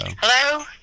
Hello